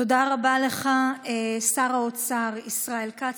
תודה רבה לך, שר האוצר ישראל כץ.